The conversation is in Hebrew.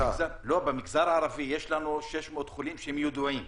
במגזר הערבי יש 600 חולים ידועים,